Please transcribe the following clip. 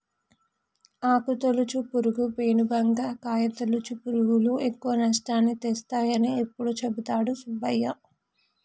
ఆకు తొలుచు పురుగు, పేను బంక, కాయ తొలుచు పురుగులు ఎక్కువ నష్టాన్ని తెస్తాయని ఎప్పుడు చెపుతాడు సుబ్బయ్య